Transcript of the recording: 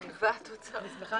אני שמחה